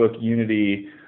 Unity